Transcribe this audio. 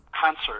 concert